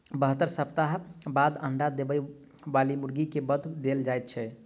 बहत्तर सप्ताह बाद अंडा देबय बाली मुर्गी के वध देल जाइत छै